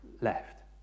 left